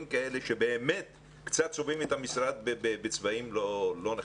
כאלה שקצת צובעים את המשרד בצבעים לא נכונים.